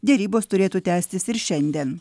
derybos turėtų tęstis ir šiandien